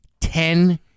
Ten